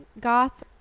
goth